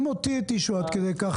אם אותי התישו עד כדי כך,